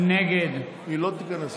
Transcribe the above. היא לא תיכנס עכשיו.